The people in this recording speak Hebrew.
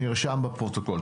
נרשם בפרוטוקול.